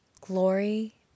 Glory